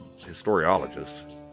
historiologists